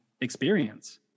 experience